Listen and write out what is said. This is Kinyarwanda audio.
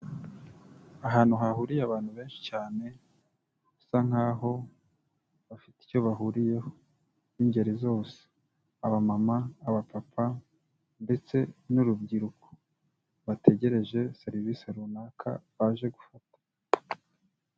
Ahantu hahuriye abantu benshi cyane, bisa nkaho bafite icyo bahuriyeho b'ingeri zose, abamama, abapapa ndetse n'urubyiruko bategereje serivisi runaka baje gufata.